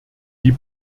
die